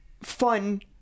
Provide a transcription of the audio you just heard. fun